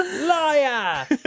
Liar